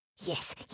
Yes